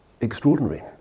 extraordinary